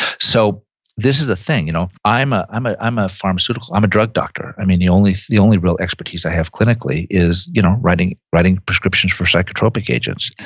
so this is a thing you know i'm ah i'm ah a pharmaceutical, i'm a drug doctor. i mean, the only the only real expertise i have clinically is you know writing writing prescriptions for psychotropic agents,